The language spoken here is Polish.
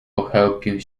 pochełpił